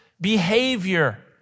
behavior